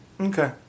Okay